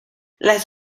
las